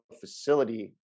facility